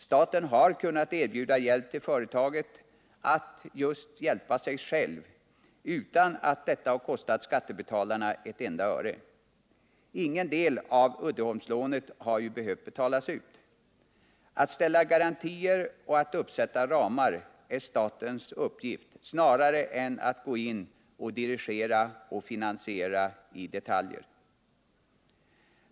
Staten har kunnat erbjuda företaget hjälp, så att det har kunnat hjälpa sig självt utan att det har kostat skattebetalarna ett enda öre. Ingen del av Uddeholmslånet har ju behövt betalas ut. Att ställa garantier och att uppsätta ramar är statens uppgift snarare än att gå in och dirigera och finansiera i detalj.